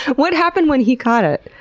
what happened when he caught it?